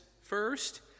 first